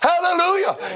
Hallelujah